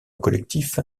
collectif